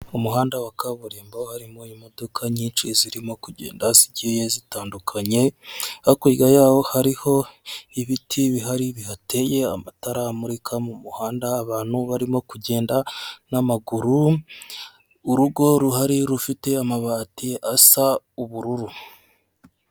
Umuhanda wa kaburimbo harimo imodoka nyinshi zirimo kugenda zigiye zitandukanye, hakurya yaho hariho ibiti bihari biteye, amatara amurika mu muhanda, abantu barimo kugenda n'amaguru, urugo ruhari rufite amabati asa ubururu.